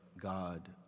God